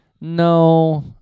No